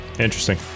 interesting